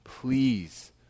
Please